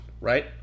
right